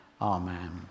Amen